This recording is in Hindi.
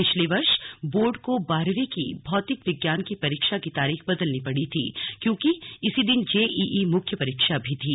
पिछले वर्ष बोर्ड को बारहवीं की भौतिक विज्ञान की परीक्षा की तारीख बदलनी पड़ी थी क्योंकि इसी दिन जेईई मुख्य परीक्षा भी थी